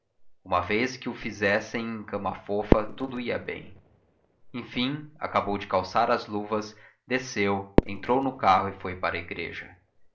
uma vez que o fizessem em cama fofa tudo ia bem enfim acabou de calçar as luvas desceu entrou no carro e foi para a igreja